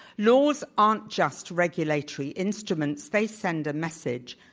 laws aren't just regulatory instruments. they send a message.